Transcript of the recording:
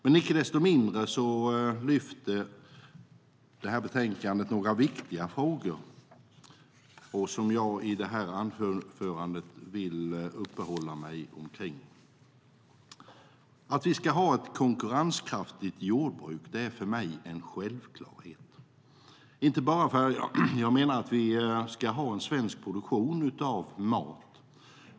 Men icke desto mindre lyfter det upp några viktiga frågor som jag vill uppehålla mig vid i detta anförande. Att vi ska ha ett konkurrenskraftigt jordbruk är en självklarhet för mig. Jag menar inte bara att vi ska ha en svensk produktion av mat.